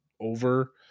over